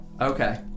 Okay